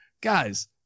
Guys